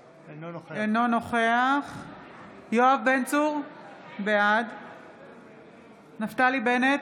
אינו נוכח יואב בן צור, בעד נפתלי בנט,